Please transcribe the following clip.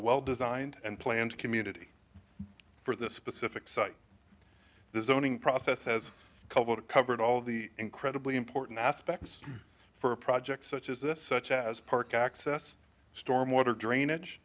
well designed and planned community for the specific site there's owning process has called it covered all the incredibly important aspects for a project such as this such as park access storm water drainage